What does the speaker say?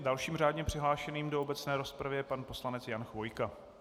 Dalším řádně přihlášeným do obecné rozpravy je pan poslanec Jan Chvojka.